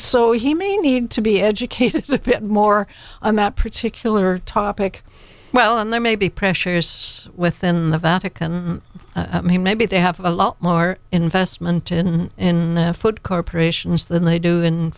so he may need to be educated more on that particular topic well and there may be pressures within the vatican maybe they have a lot more investment in foot corporations than they do